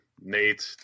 Nate